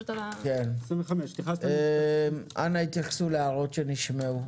25. אנא התייחסו להערות שנשמעו.